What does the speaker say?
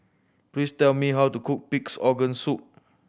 please tell me how to cook Pig's Organ Soup